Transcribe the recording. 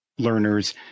learners